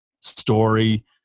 story